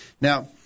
Now